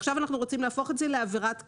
עכשיו אנחנו רוצים להפוך את זה לעבירת קנס.